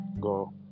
go